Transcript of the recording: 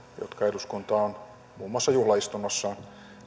jotka eduskunta on muun muassa juhlaistunnossaan